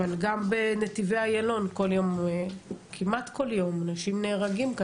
אבל גם בנתיבי איילון כמעט כל יום אנשים נהרגים,